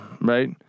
right